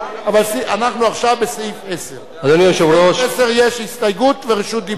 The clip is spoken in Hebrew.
אנחנו עכשיו בסעיף 10. לסעיף 10 יש הסתייגות ורשות דיבור.